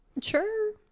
sure